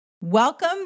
Welcome